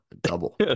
double